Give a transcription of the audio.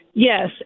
Yes